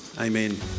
Amen